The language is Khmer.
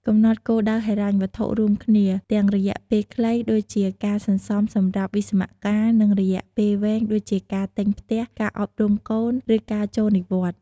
កំណត់គោលដៅហិរញ្ញវត្ថុរួមគ្នា ទាំងរយៈពេលខ្លី ដូចជាការសន្សំសម្រាប់វិស្សមកាល និងរយៈពេលវែង ដូចជាការទិញផ្ទះ ការអប់រំកូន ឬការចូលនិវត្តន៍។